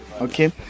Okay